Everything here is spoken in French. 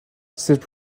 cette